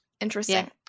Interesting